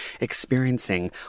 experiencing